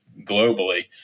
globally